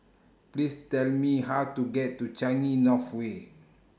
Please Tell Me How to get to Changi North Way